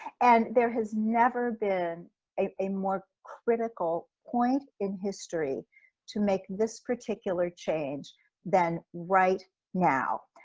and there has never been a more critical point in history to make this particular change than right now.